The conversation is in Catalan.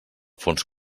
fons